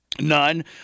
none